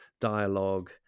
dialogue